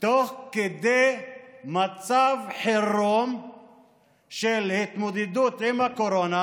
תוך כדי מצב חירום של התמודדות עם הקורונה,